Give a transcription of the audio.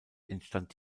entstand